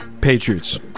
Patriots